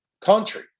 country